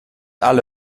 alle